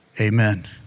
Amen